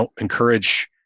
encourage